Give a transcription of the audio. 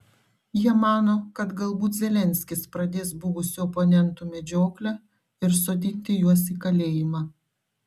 jie mano kad galbūt zelenskis pradės buvusių oponentų medžioklę ir sodinti juos į kalėjimą